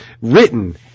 written